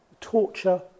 torture